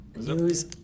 News